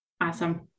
Awesome